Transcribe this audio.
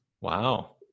Wow